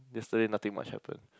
yesterday nothing much happen